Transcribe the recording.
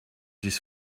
this